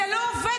זה לא עובד,